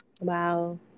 Wow